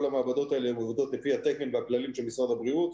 כל המעבדות האלה עובדות לפי התקן והכללים של משרד הבריאות.